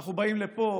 ואנחנו באים לפה